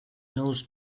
nose